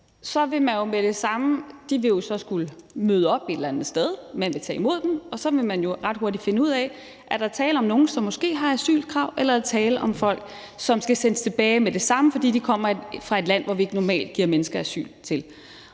Europa, vil man med det samme – de vil jo så skulle møde op et eller andet sted – tage imod dem, og så vil man ret hurtigt finde ud af, om der er tale om nogen, som måske har krav på asyl, eller om der er tale om folk, som skal sendes tilbage med det samme, fordi de kommer fra et land, hvor vi ikke normalt giver mennesker asyl.